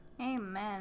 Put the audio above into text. Amen